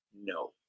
No